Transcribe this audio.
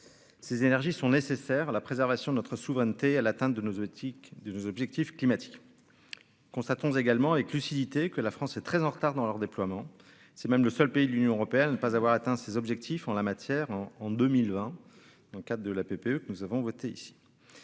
ces énergies sont nécessaires à la préservation de notre souveraineté à l'atteinte de nos éthique de nos objectifs climatiques qu'on s'attend également avec lucidité que la France est très en retard dans leur déploiement, c'est même le seul pays de l'Union européenne de ne pas avoir atteint ses objectifs en la matière en en 2020 dans le cadre de la PPE que nous avons voté ici,